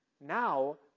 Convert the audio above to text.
Now